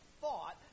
thought